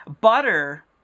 Butter